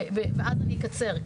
ואני אקצר.